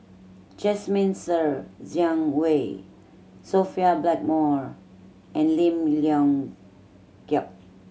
Jasmine Ser Xiang Wei Sophia Blackmore and Lim Leong Geok